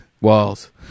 Walls